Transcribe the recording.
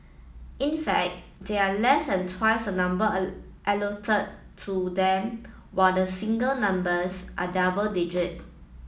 in fact they are less than twice a number a allotted to them while the single numbers are double digit